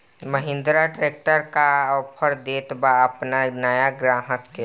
Mahindra tractor का offer देत बा अपना नया ग्राहक के?